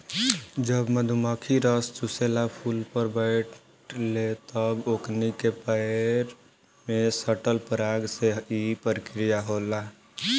जब मधुमखी रस चुसेला फुल पर बैठे ले तब ओकनी के पैर में सटल पराग से ई प्रक्रिया होला